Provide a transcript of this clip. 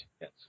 Yes